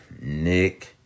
Nick